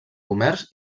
comerç